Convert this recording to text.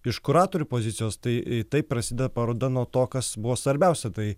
iš kuratorių pozicijos tai taip prasideda paroda nuo to kas buvo svarbiausia tai